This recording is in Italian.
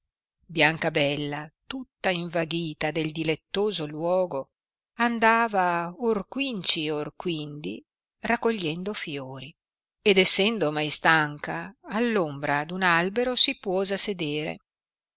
biancabella tutta invaghita del dilettoso luogo andava or quinci or quindi raccogliendo fiori ed essendo ornai stanca all ombra d un albero si puose a sedere